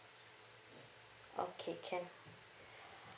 okay can